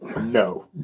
No